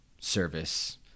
service